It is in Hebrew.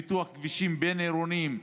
לפיתוח כבישים בין-עירוניים,